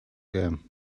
gem